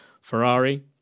Ferrari